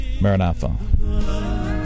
Maranatha